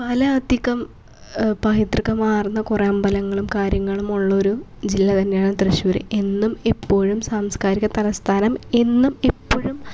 പല അധികം പൈതൃകമാർന്ന കുറെ അമ്പലങ്ങളും കാര്യങ്ങളുമുള്ള ഒരു ജില്ല തന്നെയാണ് തൃശ്ശൂര് എന്നും എപ്പോഴും സാംസ്കാരിക തലസ്ഥാനം എന്നും എപ്പോഴും